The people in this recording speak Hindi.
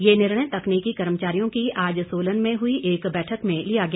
ये निर्णय तकनीकी कर्मचारियों की आज सोलन हुई एक बैठक में लिया गया